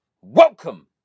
welcome